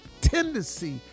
tendency